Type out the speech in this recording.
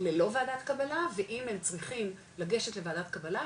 ללא וועדת קבלה ואם הם צריכים לגשת לוועדת קבלה,